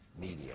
media